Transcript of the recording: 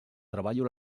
treballo